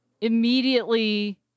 immediately